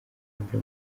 mbere